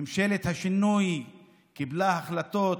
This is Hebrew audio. ממשלת השינוי קיבלה החלטות